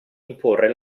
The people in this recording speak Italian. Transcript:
imporre